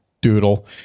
doodle